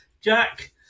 Jack